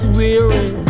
weary